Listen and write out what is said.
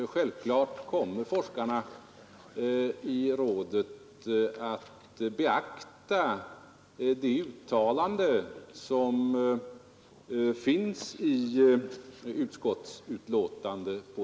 Självklart kommer forskarna i rådet att beakta det uttalande som görs i utskottsbetänkandet.